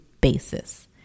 basis